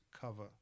cover